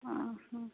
ଅଁ ହଁ